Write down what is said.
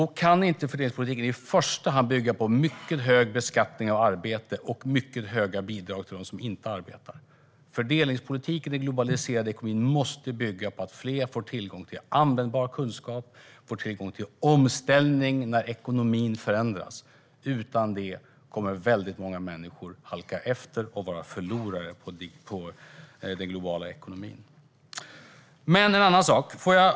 Fördelningspolitiken kan inte i första hand bygga på mycket hög beskattning av arbete och mycket höga bidrag till dem som inte arbetar. Fördelningspolitiken i en globaliserad ekonomi måste bygga på att fler får tillgång till användbar kunskap och omställning när ekonomin förändras. Utan detta kommer väldigt många människor att halka efter och bli förlorare i den globala ekonomin.